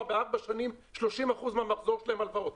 בארבע שנים 30% מהמחזור שלהם הלוואות?